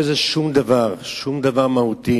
אין בזה שום דבר, שום דבר מהותי.